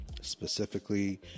specifically